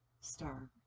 star